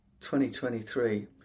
2023